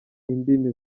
indimi